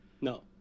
No